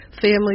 family